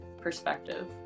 perspective